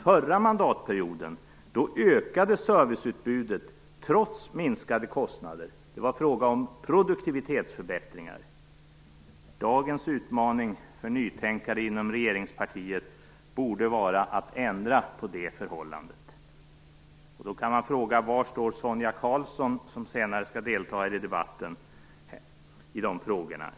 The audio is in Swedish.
Förra mandatperioden ökade serviceutbudet trots minskade kostnader. Det var fråga om produktivitetsförbättringar. Dagens utmaning för nytänkande inom regeringspartiet borde vara att ändra på det förhållandet. Då kan man fråga var Sonia Karlsson, som senare skall delta i debatten, står i de frågorna.